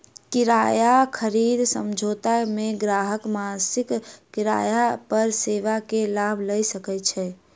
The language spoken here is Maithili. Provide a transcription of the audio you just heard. किराया खरीद समझौता मे ग्राहक मासिक किराया पर सेवा के लाभ लय सकैत छै